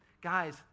guys